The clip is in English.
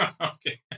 Okay